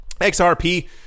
XRP